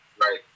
Right